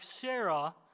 Sarah